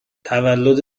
تولد